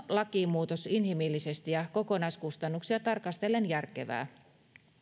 lakimuutos inhimillisesti ja kokonaiskustannuksia tarkastellen järkevää